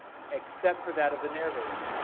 except for that of the narrator,